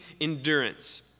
endurance